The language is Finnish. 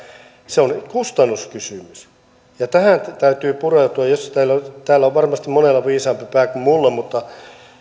se on kustannuskysymys ja tähän täytyy pureutua täällä on varmasti monella viisaampi pää kuin minulla mutta